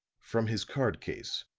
from his card case,